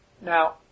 Now